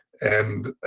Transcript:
and